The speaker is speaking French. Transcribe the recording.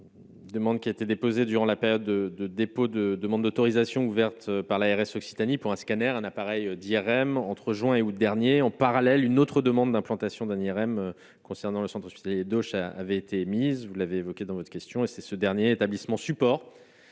Demande qui a été déposée durant la période de dépôt de demande d'autorisation ouverte par l'ARS Occitanie pour un scanner, un appareil d'IRM entre juin et août dernier en parallèle une autre demande d'implantation d'un IRM concernant le Centre suisse d'Ocha, avait été mise, vous l'avez évoqué dans votre question, et c'est ce dernier établissement support